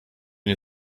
nie